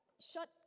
shut